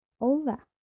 over